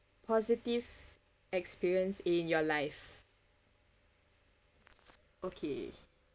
positive experience in your life okay